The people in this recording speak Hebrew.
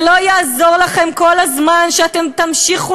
ולא יעזור לכם כל הזמן שאתם תמשיכו